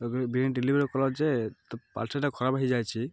delivery କଲା ଯେ ତ ପାର୍ସଲ୍ଟା ଖରାପ ହୋଇଯାଇଛି